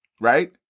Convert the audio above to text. right